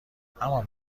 همان